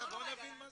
מערכת מחשוב.